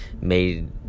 made